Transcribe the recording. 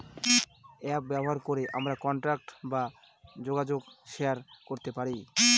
app ব্যবহার করে আমরা কন্টাক্ট বা যোগাযোগ শেয়ার করতে পারি